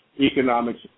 economics